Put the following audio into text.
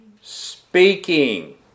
Speaking